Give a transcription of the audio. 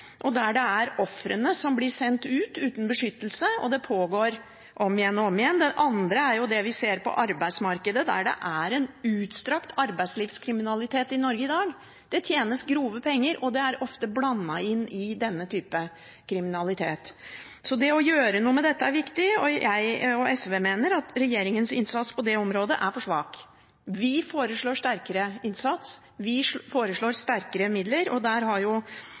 og der det er ofrene som blir sendt ut uten beskyttelse, og det pågår om igjen og om igjen. Det andre er det vi ser på arbeidsmarkedet, der det er en utstrakt arbeidslivskriminalitet i Norge i dag. Det tjenes grove penger, og det er ofte blandet inn i denne typen kriminalitet. Så det å gjøre noe med dette er viktig, og jeg og SV mener at regjeringens innsats på det området er for svak. Vi foreslår sterkere innsats, vi foreslår sterkere midler, og Riksrevisjonen har